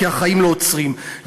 כי החיים לא עוצרים.